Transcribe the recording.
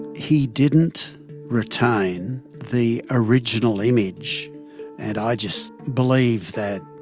he didn't retain the original image and i just believe that